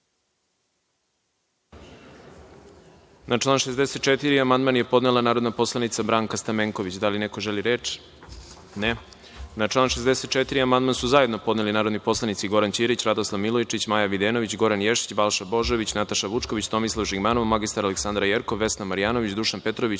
Na član 64. amandman je podnela narodna poslanica Branka Stamenković. Da li neko želi reč? (Ne)Na član 64. amandman su zajedno podneli narodni poslanici Goran Ćirić, Radoslav Milojičić, Maja Videnović, Goran Ješić, Balša Božović, Nataša Vučković, Tomislav Žigmanov, mr Aleksandra Jerkov, Vesna Marjanović, Dušan Petrović